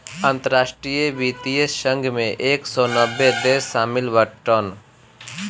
अंतरराष्ट्रीय वित्तीय संघ मे एक सौ नब्बे देस शामिल बाटन